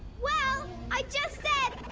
well, i just said,